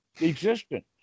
existence